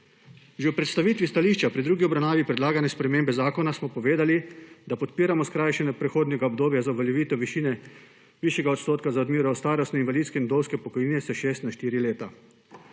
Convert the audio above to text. Že v predstavitvi stališča pri drugi obravnavi predlagane spremembe zakona smo povedali, da podpiramo skrajšanje prehodnega obdobja za uveljavitev višjega odstotka za odmero starostne, invalidske in vdovske pokojnine s šestih na štiri leta.